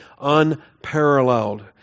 unparalleled